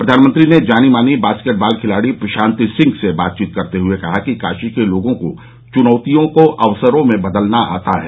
प्रधानमंत्री ने जानी मानी बास्केट बाल खिलाड़ी प्रशांति सिंह से बातचीत करते हुए कहा कि काशी के लोगों को चुनौतियों को अवसरों में बदलना आता है